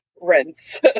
Rinse